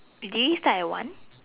did we start at one